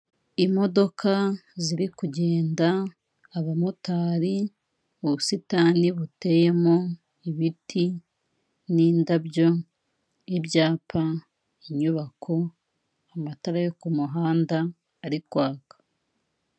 Imodoka ziri kugenda abamotari mu busitani buteyemo ibiti n'indabyo, ibyapa, inyubako, amatara yo ku muhanda ari kwaka.